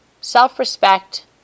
Self-respect